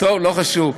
לא חשוב.